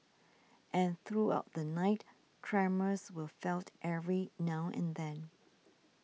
and throughout the night tremors were felt every now and then